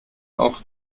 auch